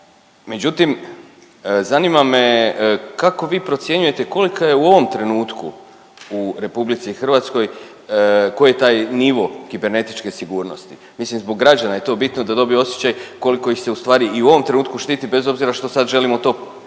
Međutim zanima me kako vi procjenjujete kolika je u ovom trenutku u RH, koji je taj nivo kibernetičke sigurnosti. Mislim zbog građana je to bitno da dobiju osjećaj koliko ih se u stvari i u ovom trenutku štiti, bez obzira što sad želimo to popravit